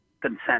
consent